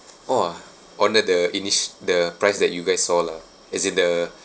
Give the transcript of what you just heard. !wah! on the the initi~ the price that you guys saw lah as in the